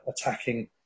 attacking